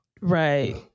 Right